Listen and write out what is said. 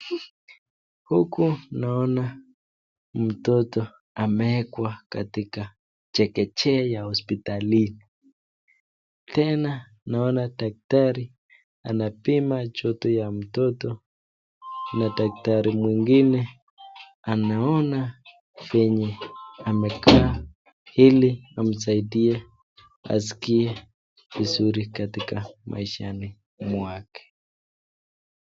Huku naona mtoto ameekwa katika chekechea ya hospitalini. Tena naona daktari anapima joto ya mtoto na daktari mwingine anaona vyenye amekaa ili amsaidie asikie vizuri katika maishani mwake